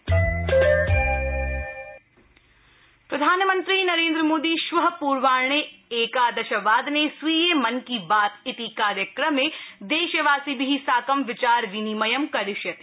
मन की बात प्रधानमन्त्री नरेन्द्रमोदी श्व पूर्वाह्ने एकादशवादने स्वीये मन की बात इति कार्यक्रमे देशवासिभि साकं विचारविनिमयं करिष्यति